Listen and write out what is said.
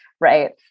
Right